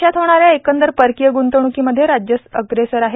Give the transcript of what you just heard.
देशात होणाऱ्या एकंदर परकीय ग्रंतवणुकीमध्ये राज्य अग्रेसर आहे